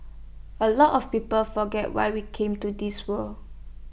A lot of people forget why we came to this world